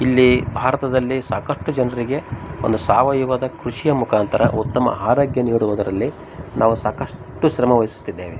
ಇಲ್ಲಿ ಭಾರತದಲ್ಲಿ ಸಾಕಷ್ಟು ಜನರಿಗೆ ಒಂದು ಸಾವಯವದ ಕೃಷಿಯ ಮುಖಾಂತರ ಉತ್ತಮ ಆರೋಗ್ಯ ನೀಡುವುದರಲ್ಲಿ ನಾವು ಸಾಕಷ್ಟು ಶ್ರಮವಯ್ಸುತ್ತಿದ್ದೇವೆ